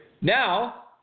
Now